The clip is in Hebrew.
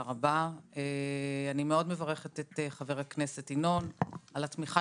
אני מאוד מברכת את חבר הכנסת ינון על התמיכה